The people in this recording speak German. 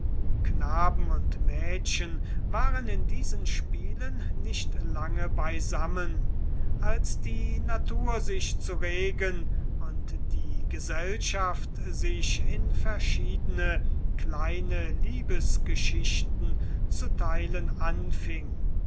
knaben und mädchen waren in diesen spielen nicht lange beisammen als die natur sich zu regen und die gesellschaft sich in verschiedene kleine liebesgeschichten zu teilen anfing